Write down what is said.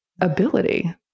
ability